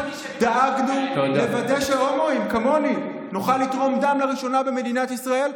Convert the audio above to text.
דאגנו לוודא שהומואים כמוני יוכלו לתרום דם לראשונה במדינת ישראל,